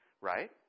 right